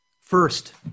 First